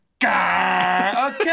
Okay